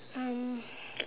um